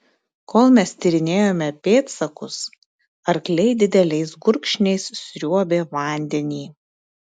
kol mes tyrinėjome pėdsakus arkliai dideliais gurkšniais sriuobė vandenį